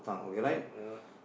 you don't ya